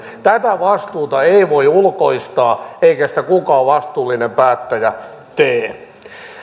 tätä vastuuta ei voi ulkoistaa eikä sitä kukaan vastuullinen päättäjä tee